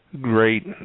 great